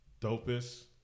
dopest